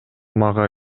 мага